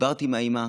דיברתי עם האימא.